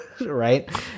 right